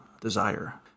desire